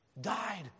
Died